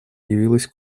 явилась